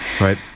Right